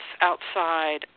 outside